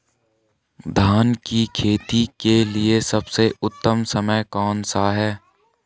धान की खेती के लिए सबसे उत्तम समय कौनसा है?